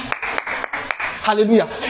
Hallelujah